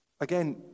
Again